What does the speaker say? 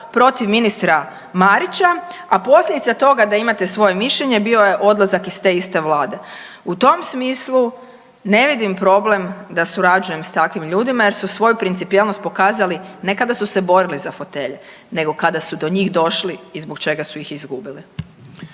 protiv ministra Marića, a posljedica toga da imate svoje mišljenje bio je odlazak iz te iste vlade. U tom smislu ne vidim problem da surađujem s takvim ljudima jer su svoju principijelnost pokazali ne kada su se borili za fotelje nego kada su do njih došli i zbog čega su ih izgubili.